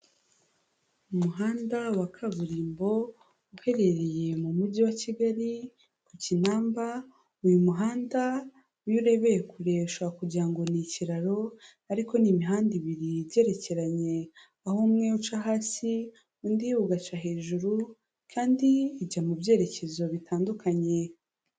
Umuhanda wa kaburimbo uherereye mu Mujyi wa Kigali ku Kinamba, uyu muhanda iyo urebeye kure ushobora kugira ngo ni ikiraro, ariko ni imihanda ibiri igerekeranye, aho umwe uca hasi undi ugaca hejuru kandi ijya mu byerekezo bitandukanye.